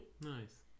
nice